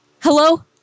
Hello